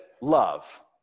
love